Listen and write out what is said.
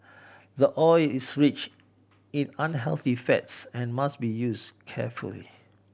the oil is rich in unhealthy fats and must be used carefully